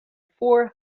four